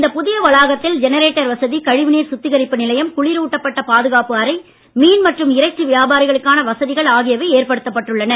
இந்த புதிய வளாகத்தில் ஜெனரேட்டர் வசதி கழிவு நீர் சுத்திகரிப்பு நிலையம் குளிர் ஊட்டப்பட்ட பாதுகாப்பு அறை மீன் மற்றும் இறைச்சி வியாபாரிகளுக்கான வசதிகள் ஆகியவை ஏற்படுத்தப் பட்டுள்ளன